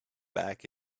back